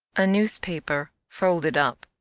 a newspaper, folded up,